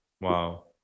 Wow